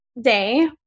day